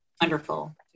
wonderful